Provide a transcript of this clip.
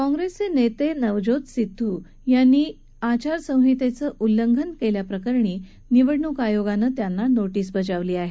काँप्रिसचे नेते नवज्योत सिध्दू यांनी आचारसंहितेचं उल्लंघन केल्याप्रकरणी निवडणूक आयोगानं त्यांना नोटीस बजावली आहे